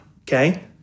Okay